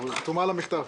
את חתומה על המכתב.